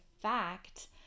fact